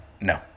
no